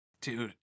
dude